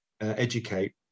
educate